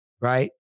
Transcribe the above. right